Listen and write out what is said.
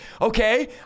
okay